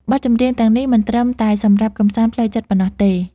បទចម្រៀងទាំងនេះមិនត្រឹមតែសំរាប់កម្សាន្តផ្លូវចិត្តប៉ុណ្ណោះទេ